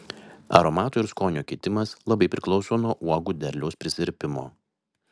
aromato ir skonio kitimas labai priklauso nuo uogų derliaus prisirpimo